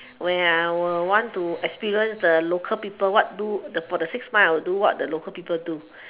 where I will want to experience the local people what do for the six months I will do what the local people do